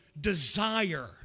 desire